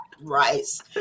rice